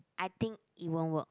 I think it won't work